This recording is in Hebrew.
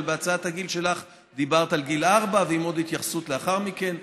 אבל בהצעת הגיל שלך דיברת על גיל ארבע ועם עוד התייחסות לאחר מכן.